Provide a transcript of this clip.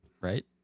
Right